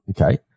Okay